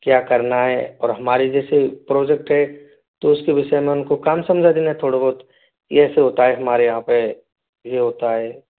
क्या करना है और हमारे जैसे प्रोजेक्ट है तो उसके विषय में उनको काम समझा देना थोड़ा बहुत ये ऐसे होता है हमारे यहाँ पे ये होता है